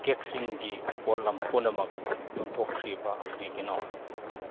ꯀꯦꯛꯁꯤꯡꯒꯤ ꯄꯣꯠꯂꯝ ꯄꯨꯝꯅꯃꯛ ꯌꯣꯟꯊꯣꯛꯈ꯭ꯔꯤꯕ ꯀꯔꯤꯒꯤꯅꯣ